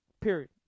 Period